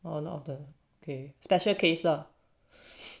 oh not often okay special case lah